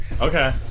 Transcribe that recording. Okay